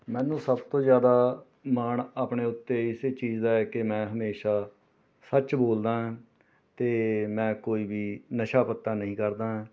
ਮੈਨੂੰ ਸਭ ਤੋਂ ਜ਼ਿਆਦਾ ਮਾਣ ਆਪਣੇ ਉੱਤੇ ਇਸੇ ਚੀਜ਼ ਦਾ ਹੈ ਕਿ ਮੈਂ ਹਮੇਸ਼ਾਂ ਸੱਚ ਬੋਲਦਾਂ ਅਤੇ ਮੈਂ ਕੋਈ ਵੀ ਨਸ਼ਾ ਪੱਤਾ ਨਹੀਂ ਕਰਦਾਂ